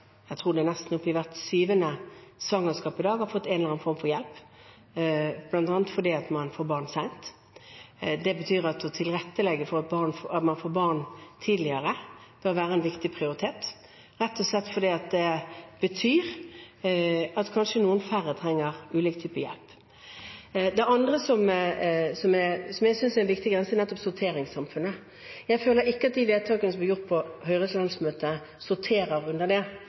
nesten hvert syvende svangerskap i dag, tror jeg det er, har fått en eller annen form for hjelp, bl.a. fordi man får barn sent. Det betyr at å tilrettelegge for at man får barn tidligere, bør være en viktig prioritet, rett og slett fordi det betyr at kanskje noen færre trenger ulike typer hjelp. Det andre som jeg synes er en viktig grense, er nettopp sorteringssamfunnet. Jeg føler ikke at de vedtakene som ble gjort på Høyres landsmøte, sorterer under det,